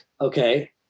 okay